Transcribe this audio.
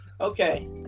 Okay